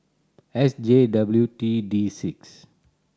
S J W T D six